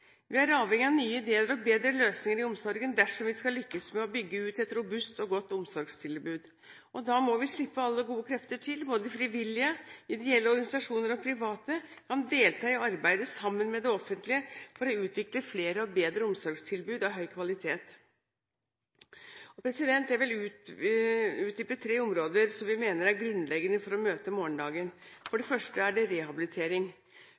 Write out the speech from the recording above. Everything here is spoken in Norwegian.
Vi er avhengig av nye ideer og bedre løsninger i omsorgen dersom vi skal lykkes med å bygge ut et robust og godt omsorgstilbud. Da må vi slippe alle gode krefter til. Frivillige, ideelle organisasjoner og private kan delta i arbeidet, sammen med det offentlige, for å utvikle flere og bedre omsorgstilbud av høy kvalitet. Jeg vil utdype tre områder som vi mener er grunnleggende for å møte morgendagen. For det første – rehabilitering: